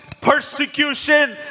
Persecution